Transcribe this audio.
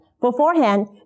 Beforehand